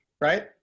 right